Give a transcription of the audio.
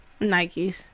Nikes